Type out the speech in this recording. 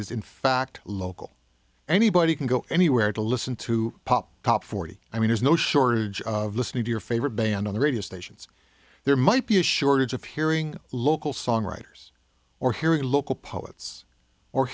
is in fact local anybody can go anywhere to listen to pop top forty i mean there's no shortage of listening to your favorite band on the radio stations there might be a shortage of hearing local songwriters or hearing local poets or